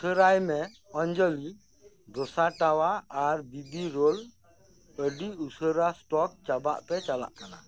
ᱩᱥᱟᱹᱨᱟᱭ ᱢᱮ ᱚᱧᱡᱚᱞᱤ ᱫᱷᱳᱥᱟ ᱴᱟᱣᱟ ᱟᱨ ᱵᱤ ᱵᱤ ᱨᱚᱭᱟᱞ ᱟᱹᱰᱤ ᱩᱥᱟᱹᱨᱟ ᱥᱴᱚᱠ ᱪᱟᱵᱟᱜ ᱛᱮ ᱪᱟᱞᱟᱜ ᱠᱟᱱᱟ